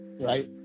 Right